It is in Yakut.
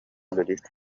үлэлиир